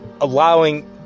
allowing